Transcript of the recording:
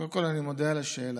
קודם כול, אני מודה על השאלה.